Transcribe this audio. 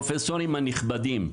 מיטב הפרופסורים הנכבדים,